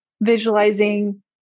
visualizing